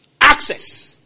Access